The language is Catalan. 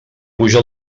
puja